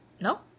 No